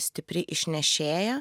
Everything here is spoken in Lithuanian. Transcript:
stipri išnešėja